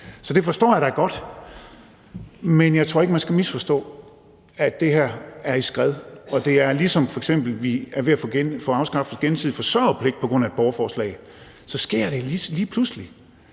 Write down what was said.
Så det forstår jeg da godt. Men jeg tror ikke, at man skal misforstå, at det her er i skred. Det er ligesom med, at vi f.eks. er ved at få afskaffet gensidig forsørgerpligt på grund af et borgerforslag – så sker det lige pludselig.